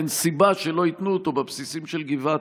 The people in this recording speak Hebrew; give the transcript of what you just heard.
אין סיבה שלא ייתנו אותו בבסיסים של גבעתי.